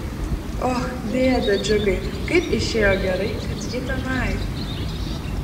och dėde džiugai kaip išėjo gerai kad ji tenai